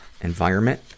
environment